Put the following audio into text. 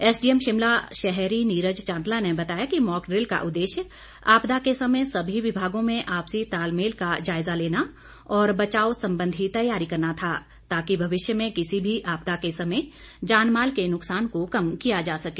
SDM Shimla शहरी नीरज चांदला ने बताया कि मॉकड़िल का उद्देश्य आपदा के समय सभी विभागों में आपसी तालमेल का जायजा लेना और बचाव संबंधी तैयारी करना था ताकि भविष्य में किसी भी आपदा के समय जानमाल के नुक्सान को कम किया जा सके